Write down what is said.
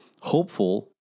hopeful